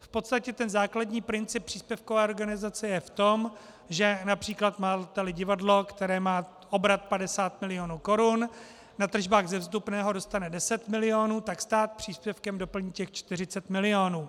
V podstatě ten základní princip příspěvkové organizace je v tom, že např. máteli divadlo, které má obrat 50 milionů korun, na tržbách ze vstupného dostane 10 milionů, tak stát příspěvkem doplní těch 40 milionů.